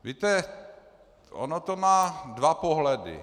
Víte, ono to má dva pohledy.